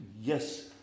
Yes